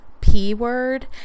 P-word